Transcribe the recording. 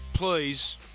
Please